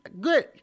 good